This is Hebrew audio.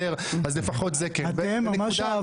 מה כבר